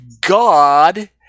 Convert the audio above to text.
God